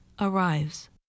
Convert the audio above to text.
arrives